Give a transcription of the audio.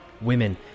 Women